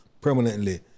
permanently